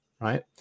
right